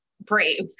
brave